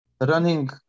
Running